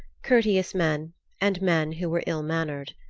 courteous men and men who were ill-mannered.